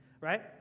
right